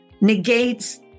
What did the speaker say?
negates